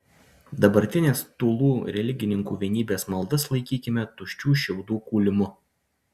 dabartinės tūlų religininkų vienybės maldas laikykime tuščių šiaudų kūlimu